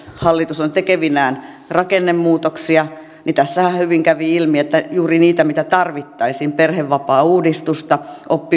hallitus on tekevinään rakennemuutoksia niin kuten tässä hyvin kävi ilmi juuri niitä mitä tarvittaisiin perhevapaauudistusta